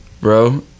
Bro